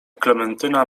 klementyna